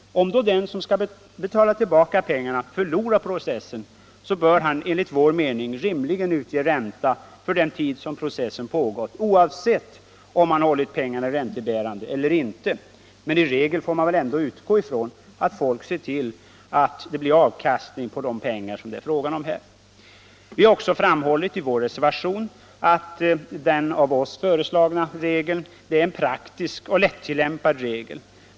Om då den som skall betala tillbaka pengarna förlorar processen, bör han enligt vår mening rimligen utge ränta för den tid processen pågått, oavsett om han hållit pengarna räntebärande eller inte — men i regel får man väl ändå utgå ifrån att folk ser till att det blir avkastning på de pengar det är fråga om. Vi har också framhållit i vår reservation att den av oss föreslagna ränteregeln är en praktisk och lättillämpad regel.